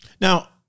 Now